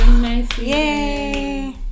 Yay